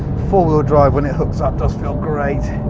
four-wheel drive, when it hooks up, does feel great.